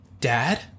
dad